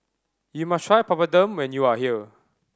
you must try Papadum when you are here